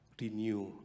renew